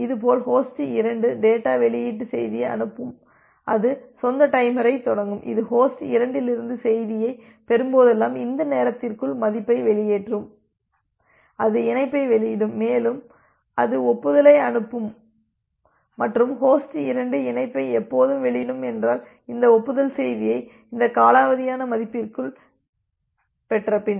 இதேபோல் host 2 data வெளியீட்டு செய்தியை அனுப்பும் அது சொந்த டைமரைத் தொடங்கும் இது ஹோஸ்ட் 2லிருந்து செய்தியைப் பெறும்போதெல்லாம் இந்த நேரத்திற்குள் மதிப்பை வெளியேற்றும் அது இணைப்பை வெளியிடும் மேலும் அது ஒப்புதலை அனுப்பும் மற்றும் ஹோஸ்ட் 2 இணைப்பை எப்போது வெளியிடும் என்றால் இந்த ஒப்புதல் செய்தியை இந்த காலாவதியான மதிப்பிற்குள் பெற்றபின்